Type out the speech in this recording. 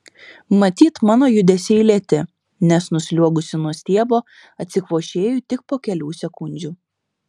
matyt mano judesiai lėti nes nusliuogusi nuo stiebo atsikvošėju tik po kelių sekundžių